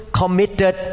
committed